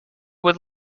would